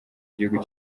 igihugu